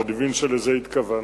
ואני מבין שלזה התכוונת.